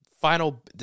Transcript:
final